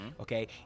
okay